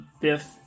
Biff